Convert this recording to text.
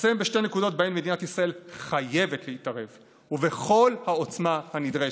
אסיים בשתי נקודות שבהן מדינת ישראל חייבת להתערב ובכל העוצמה הנדרשת: